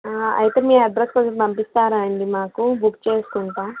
అయితే మీ అడ్రస్ కొంచెం పంపిస్తారా అండీ మాకు బుక్ చేసుకుంటాం